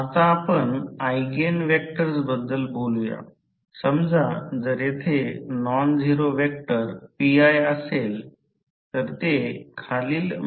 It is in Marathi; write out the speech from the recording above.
तर आम्ही विचार करू की हे नुकसान मूलभूतपणे स्थिर कोर लॉस आणि तांबे लॉस आहे जे I 2 R लॉस आहे